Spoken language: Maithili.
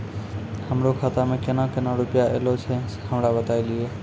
हमरो खाता मे केना केना रुपैया ऐलो छै? हमरा बताय लियै?